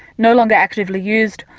no longer actively used,